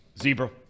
Zebra